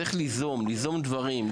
צריך ליזום דברים,